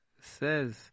says